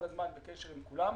אנחנו כל הזמן בקשר עם כולם.